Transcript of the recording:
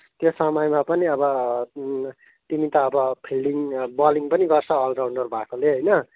त्यो समयमा पनि अब तिमी त अब फिल्डिङ बलिङ पनि गर्छ अलराउन्डर भएकोले होइन